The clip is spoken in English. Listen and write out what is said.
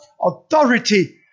authority